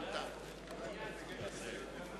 חבר הכנסת יואל חסון לסעיף 01,